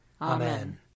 Amen